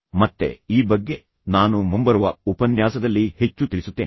ಮತ್ತೆ ಈ ಬಗ್ಗೆ ನಾನು ಮುಂಬರುವ ಉಪನ್ಯಾಸದಲ್ಲಿ ಹೆಚ್ಚು ತಿಳಿಸುತ್ತೇನೆ